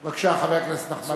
בבקשה, חבר הכנסת נחמן